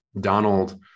Donald